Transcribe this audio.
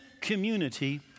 community